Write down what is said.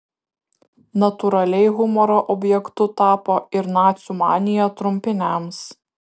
natūraliai humoro objektu tapo ir nacių manija trumpiniams